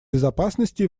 безопасности